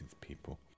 people